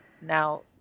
now